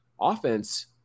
offense